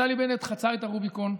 נפתלי בנט חצה את הרוביקון.